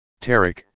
Tarek